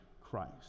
Christ